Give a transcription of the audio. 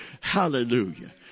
Hallelujah